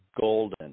golden